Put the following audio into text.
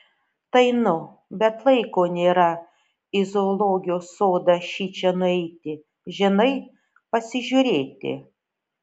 tai nu bet laiko nėra į zoologijos sodą šičia nueiti žinai pasižiūrėti